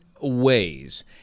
ways